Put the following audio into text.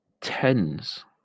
tens